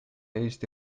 eesti